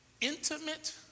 intimate